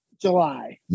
July